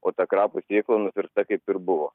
o ta krapų sėkla nupirkta kaip ir buvo